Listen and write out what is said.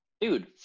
Dude